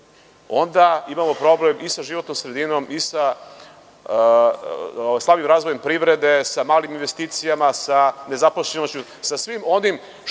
onda imamo problem i sa životnom sredinom i sa stalnim razvojem privrede, sa malim investicijama, sa nezaposlenošću, sa svim onim što